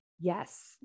Yes